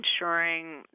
ensuring